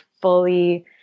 fully